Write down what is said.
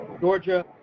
Georgia